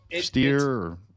steer